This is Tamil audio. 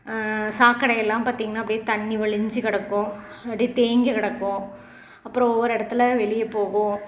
சாக்கடையெல்லாம் பார்த்திங்கன்னா அப்படியே தண்ணி வழிஞ்சி கிடக்கும் அப்படியே தேங்கி கிடக்கும் அப்புறம் ஒவ்வொரு இடத்துல வெளியே போகும்